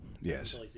Yes